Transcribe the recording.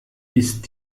ist